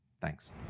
Thanks